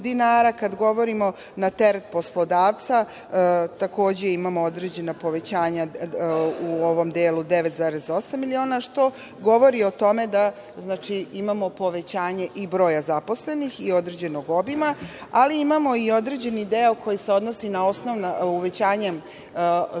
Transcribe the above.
kad govorimo na teret poslodavca takođe imamo određena povećanja u ovom delu 9,8 miliona, što govori o tome da imamo povećanje i broja zaposlenih i određenog obima. Ali, imamo i određeni deo koji se odnosi na osnovna uvećanja,